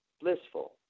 blissful